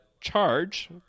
charge